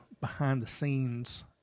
behind-the-scenes